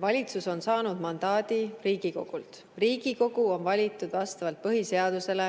Valitsus on saanud mandaadi Riigikogult. Riigikogu on valitud vastavalt põhiseadusele